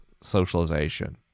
socialization